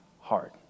hard